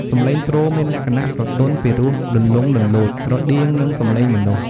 សំឡេងទ្រមានលក្ខណៈស្រទន់ ពីរោះលន្លង់លន្លោច ស្រដៀងនឹងសំឡេងមនុស្ស។